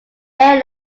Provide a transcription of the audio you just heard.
air